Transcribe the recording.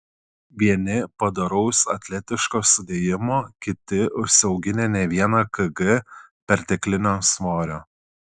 vieni padoraus atletiško sudėjimo kiti užsiauginę ne vieną kg perteklinio svorio